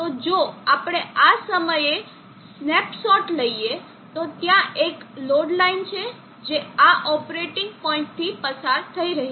તો જો આપણે આ સમયે સ્નેપશોટ લઈએ તો ત્યાં એક લોડ લાઇન છે જે આ ઓપરેટિંગ પોઇન્ટથી પસાર થઈ રહી છે